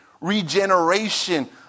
regeneration